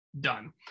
done